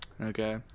Okay